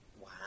Wow